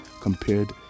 compared